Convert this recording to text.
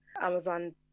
amazon